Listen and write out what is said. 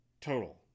Total